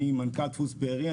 אני מנכ"ל דפוס בארי.